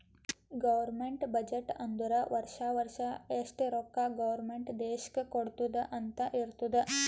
government budget ಅಂದುರ್ ವರ್ಷಾ ವರ್ಷಾ ಎಷ್ಟ ರೊಕ್ಕಾ ಗೌರ್ಮೆಂಟ್ ದೇಶ್ಕ್ ಕೊಡ್ತುದ್ ಅಂತ್ ಇರ್ತುದ್